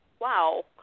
wow